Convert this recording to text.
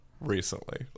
recently